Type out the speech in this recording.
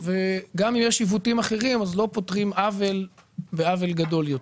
וגם אם יש עיוותים אחרים אז לא פותרים עוול בעוול גדול יותר.